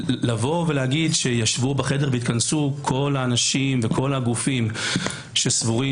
לבוא ולהגיד שישבו בחדר והתכנסו כל האנשים וכל הגופים שסבורים